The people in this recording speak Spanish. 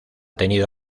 tenido